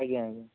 ଆଜ୍ଞା ଆଜ୍ଞା